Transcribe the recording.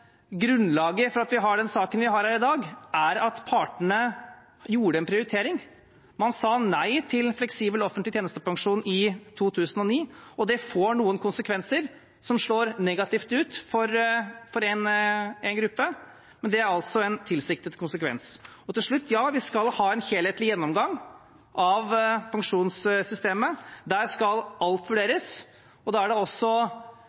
grunnlaget for at vi har den saken vi har her i dag, er at partene gjorde en prioritering. Man sa nei til fleksibel offentlig tjenestepensjon i 2009, og det får noen konsekvenser som slår negativt ut for en gruppe, men det er altså en tilsiktet konsekvens. Til slutt: Ja, vi skal ha en helhetlig gjennomgang av pensjonssystemet. Der skal alt vurderes. Da er det med det bakteppet som også